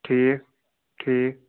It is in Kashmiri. ٹھیٖک ٹھیٖک